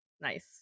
Nice